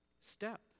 step